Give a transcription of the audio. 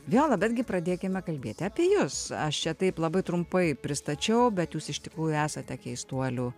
viola bet gi pradėkime kalbėti apie jus aš čia taip labai trumpai pristačiau bet jūs iš tikrųjų esate keistuolių